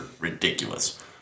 ridiculous